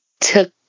took